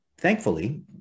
thankfully